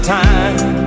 time